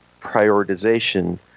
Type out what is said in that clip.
prioritization